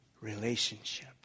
relationship